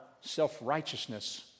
self-righteousness